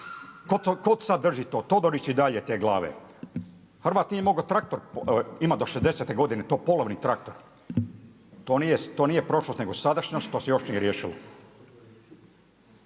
tko sad drži to. Todorić i dalje te glave? Hrvat nije mogao traktor imati do šezdesete godine i to polovni traktor. To nije prošlost, nego sadašnjost. To se još nije riješilo.